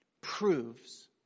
Proves